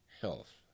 health